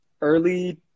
early